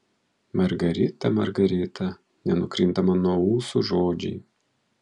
margarita margarita nenukrinta man nuo ūsų žodžiai